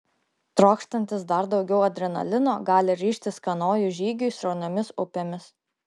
trokštantys dar daugiau adrenalino gali ryžtis kanojų žygiui srauniomis upėmis